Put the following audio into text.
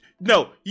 No